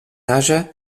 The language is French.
âge